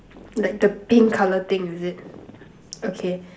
like the pink color thing is it okay